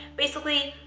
basically,